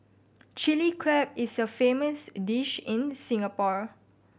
Chilli Crab is a famous dish in Singapore